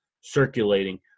circulating